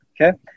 Okay